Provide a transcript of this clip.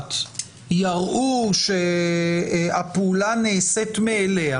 המשפט יראו שהפעולה נעשית מאליה,